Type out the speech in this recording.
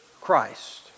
Christ